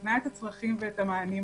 בחנה את הצרכים ואת המענים,